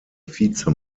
vize